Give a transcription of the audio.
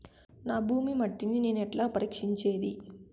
నా భూమి మట్టిని నేను ఎట్లా పరీక్షించేది?